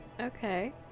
Okay